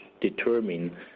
determine